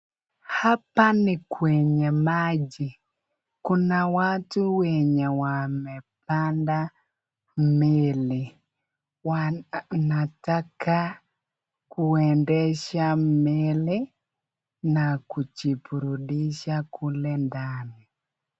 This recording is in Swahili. Hapa ni kwenye maji kuna watu wenye wamepanda meli wanataka kuendesha meli na kujiburudisha kule ndani.